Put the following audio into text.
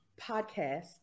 podcast